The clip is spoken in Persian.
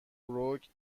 بروک